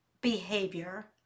behavior